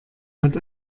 hat